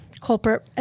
culprit